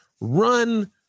run